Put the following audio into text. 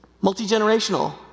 Multi-generational